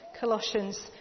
Colossians